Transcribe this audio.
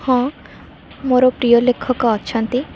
ହଁ ମୋର ପ୍ରିୟ ଲେଖକ ଅଛନ୍ତି